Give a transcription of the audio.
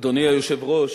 אדוני היושב-ראש,